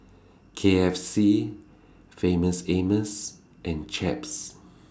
K F C Famous Amos and Chaps